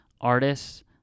artists